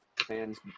fans